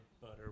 butter